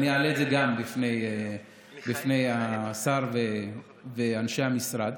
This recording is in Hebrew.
אני אעלה את זה גם בפני השר ואנשי המשרד.